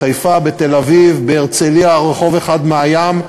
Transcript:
בחיפה, בתל-אביב, בהרצליה, רחוב אחד מהים.